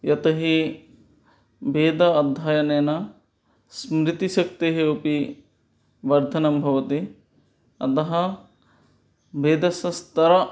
यतो हि वेद अध्ययनेन स्मृतिशक्तेः अपि वर्धनं भवति अतः वेदस्यस्तरः